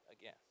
again